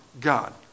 God